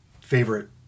favorite